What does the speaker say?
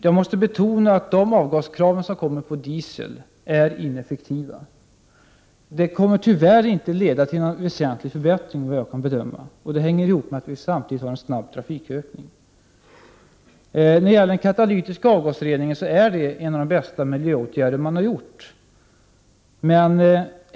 Jag måste betona att de avgaskrav som gäller diesel är ineffektiva. Enligt vad jag kan bedöma kommer det tyvärr inte att leda till någon väsentlig förbättring. Det hänger ihop med att vi har en snabb trafikökning. Den katalytiska avgasreningen är en av de bästa miljövårdsåtgärder som har genomförts.